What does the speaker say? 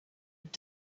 have